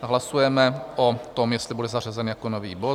Hlasujeme o tom, jestli bude zařazen jako nový bod.